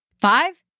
Five